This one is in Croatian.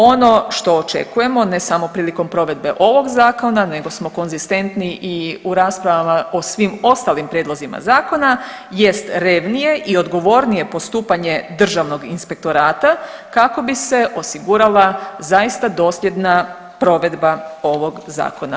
Ono što očekujemo ne samo prilikom provedbe ovog zakona nego smo konzistentni i u raspravama o svim ostalim prijedlozima zakona jest revnije i odgovornije postupanje Državnog inspektorata kako bi se osigurala zaista dosljedna provedba ovog zakona.